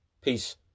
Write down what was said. Peace